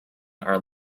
are